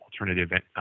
alternative